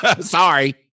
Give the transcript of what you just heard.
sorry